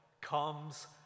comes